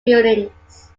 buildings